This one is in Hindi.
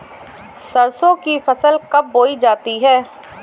सरसों की फसल कब बोई जाती है?